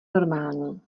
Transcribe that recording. normální